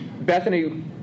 Bethany